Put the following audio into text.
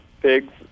pigs